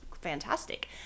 fantastic